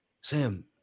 sam